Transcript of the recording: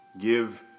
give